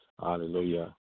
Hallelujah